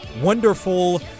wonderful